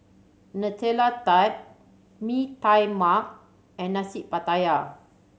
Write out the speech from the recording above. Nutella Tart Mee Tai Mak and Nasi Pattaya